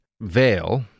veil